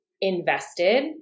invested